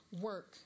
work